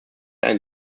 einen